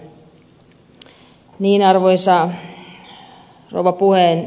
arvoisa rouva puhemies